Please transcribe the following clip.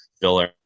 filler